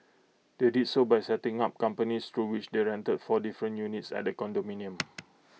they did so by setting up companies through which they rented four different units at condominium